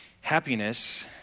Happiness